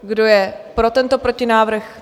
Kdo je pro tento protinávrh?